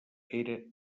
era